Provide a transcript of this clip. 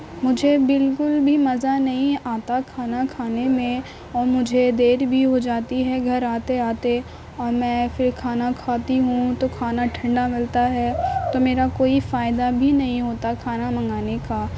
مجھے بالکل بھی مزہ نہیں آتا کھانا کھانے میں اور مجھے دیر بھی ہو جاتی ہے گھر آتے آتے اور میں پھر کھانا کھاتی ہوں تو کھانا ٹھنڈا ملتا ہے تو میرا کوئی فائدہ بھی نہیں ہوتا کھانا منگانے کا